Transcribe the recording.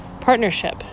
partnership